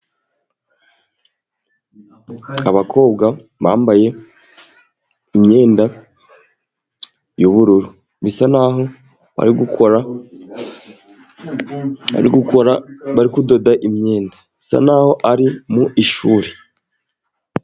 Abakobwa bambaye imyenda y'ubururu. Bisa n'aho bari gukora, bari kudoda imyenda. Bisa n'aho ari mu ishuri.